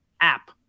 app